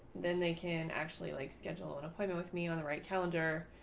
then they can actually like schedule an appointment with me on the right calendar,